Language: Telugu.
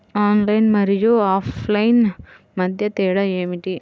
ఆన్లైన్ మరియు ఆఫ్లైన్ మధ్య తేడా ఏమిటీ?